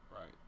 right